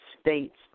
states